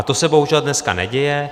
To se bohužel dneska neděje.